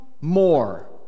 more